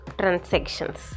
transactions